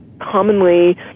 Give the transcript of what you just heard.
commonly